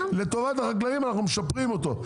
לטובת החקלאים אנחנו משפרים אותו.